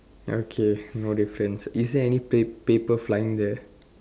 okay no difference is there any pa~ paper flying there